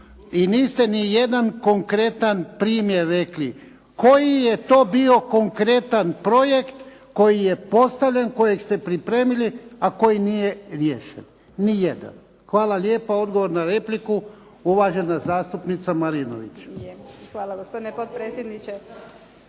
I niste nijedan konkretan primjer rekli koji je to bio konkretan projekt koji je postavljen, kojeg ste pripremili, a koji nije riješen. Nijedan. Hvala lijepa. Odgovor na repliku, uvažena zastupnica Marinović. **Marinović, Nevenka